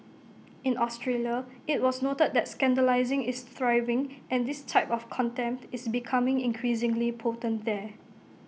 in Australia IT was noted that scandalising is thriving and this type of contempt is becoming increasingly potent there